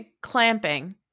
clamping